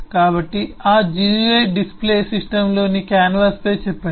కాబట్టి ఆ gui display సిస్టమ్లోని కాన్వాస్పై చెప్పండి